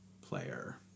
player